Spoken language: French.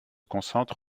concentre